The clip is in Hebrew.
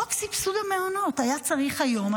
חוק סבסוד המעונות היה צריך להיות היום,